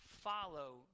follow